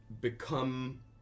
become